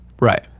Right